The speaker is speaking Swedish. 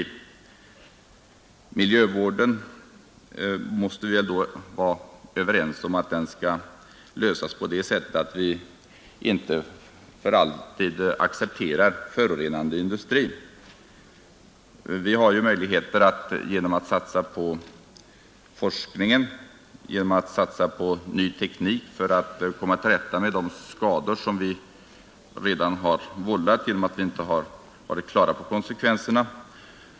Den fysiska rikspla Vi måste väl vara överens om att frågan om miljövården skall lösas så — neringen m.m. att vi inte för alltid accepterar förorenande industri. Det finns ju möjligheter att satsa på forskningen, på ny teknik, för att komma till rätta med de skador som vi redan har vållat genom att vi inte varit på det klara med konsekvenserna.